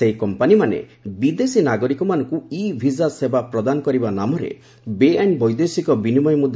ସେହି କମ୍ପାନୀମାନେ ବିଦେଶୀ ନାଗରିକମାନଙ୍କୁ ଇ ଭିଜା ସେବା ପ୍ରଦାନ କରିବା ନାମରେ ବେଆଇନ୍ ବୈଦେଶିକ ବିନିମୟ ମୁଦ୍